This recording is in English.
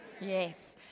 Yes